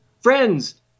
friends